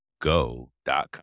go.com